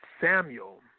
Samuel